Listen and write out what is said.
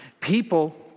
People